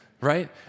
Right